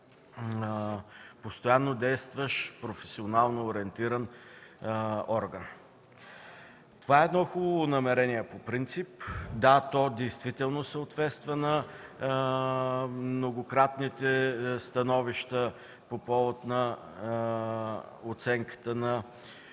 постоянно действащ професионално ориентиран орган. Това е хубаво намерение по принцип. Да, то действително съответства на многократните становища по повод на оценката на